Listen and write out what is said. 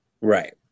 Right